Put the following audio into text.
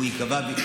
שהוא ייקבע,